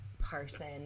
person